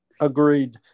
Agreed